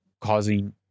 causing